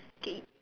okay